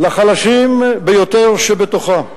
לחלשים ביותר שבתוכה,